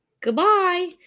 Goodbye